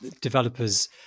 developers